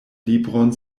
libron